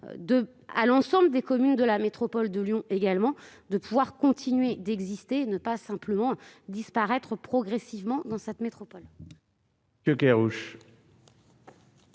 L'ensemble des communes de la métropole de Lyon doivent pouvoir continuer d'exister, plutôt que de disparaître progressivement dans cette métropole.